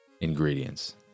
ingredients